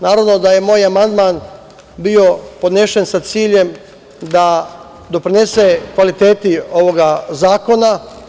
Naravno da je moj amandman bio podnešen sa ciljem da doprinese kvalitetu ovoga zakona.